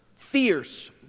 Fierce